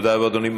תודה רבה, אדוני.